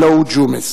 הלוא הוא ג'ומס,